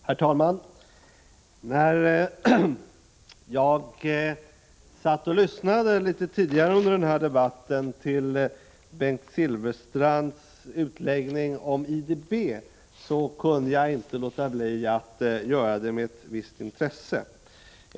Herr talman! När jag tidigare under debatten lyssnade på Bengt Silfverstrands utläggning om IDB, kunde jag inte låta bli att göra det med ett visst intresse.